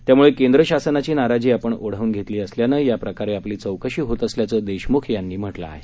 त्यामुळे केंद्र शासनाची नाराजी आपण ओढावून घेतली असल्यानं याप्रकारे आपली चौकशी होत असल्याचं देशमुख म्हटलं आहे